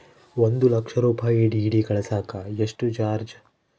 ಒಂದು ಲಕ್ಷ ರೂಪಾಯಿ ಡಿ.ಡಿ ಕಳಸಾಕ ಎಷ್ಟು ಚಾರ್ಜ್?